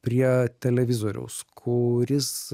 prie televizoriaus kuris